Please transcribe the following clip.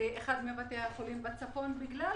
באחד מבתי החולים בצפון בגלל